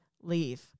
leave